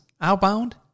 outbound